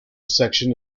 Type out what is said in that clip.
section